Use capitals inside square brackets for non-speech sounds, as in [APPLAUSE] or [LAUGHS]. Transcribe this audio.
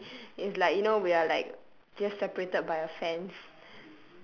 and [LAUGHS] it's like you know we are like just separated by a fence